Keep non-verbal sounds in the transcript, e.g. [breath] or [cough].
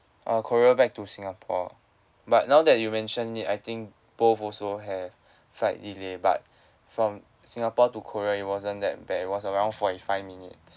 uh korea back to singapore but now that you mentioned it I think both also have [breath] flight delay but [breath] from singapore to korea it wasn't that bad it was around forty five minutes